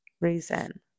reason